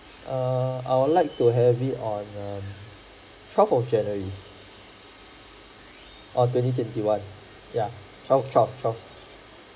err I would like to have it on err twelve of january err twenty twenty one ya twelve twelve twelve